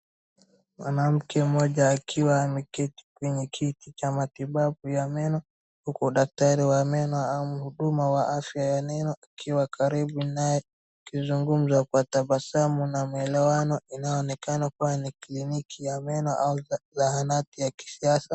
Mwanamke mmoja akiwa ameketi kwenye kiti cha matibabu ya meno huku daktari wa meno na mhudumu wa meno akiwa karibu naye akizungumza kwa tabasamu na mwelewano, inaonekana kuwa ni kliniki ya meno au zahanati ya kisasa.